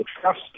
trust